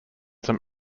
some